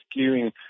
skewing